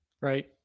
Right